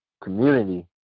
Community